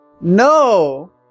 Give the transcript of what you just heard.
No